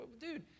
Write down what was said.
Dude